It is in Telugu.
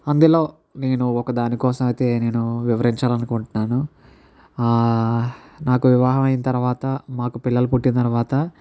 అందులో నేను ఒక దాని కోసం అయితే నేను వివరించాలి అనుకుంటున్నాను నాకు వివాహం అయిన తర్వాత మాకు పిల్లలు పుట్టిన తర్వాత